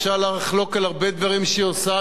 אפשר לחלוק על הרבה דברים שהיא עושה,